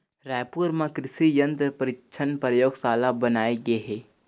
रायपुर म कृसि यंत्र परीक्छन परयोगसाला बनाए गे हे